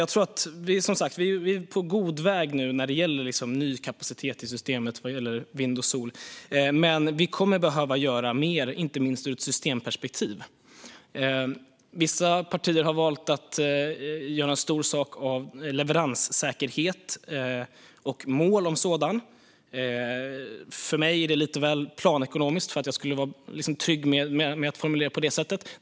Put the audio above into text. Vi är som sagt på god väg nu när det gäller ny kapacitet i systemet vad gäller vind och sol, men vi kommer att behöva göra mer, inte minst ur ett systemperspektiv. Vissa partier har valt att göra en stor sak av leveranssäkerhet och mål för sådan. För mig är detta lite väl planekonomiskt för att jag ska vara trygg med att formulera mig på det sättet.